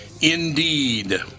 Indeed